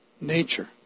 nature